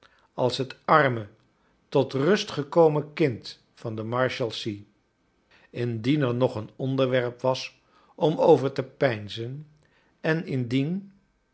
als het arme tot rust gekomen kind van de marshalsea indien er nog een onderwerp was om over te peinzen en indien